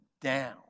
down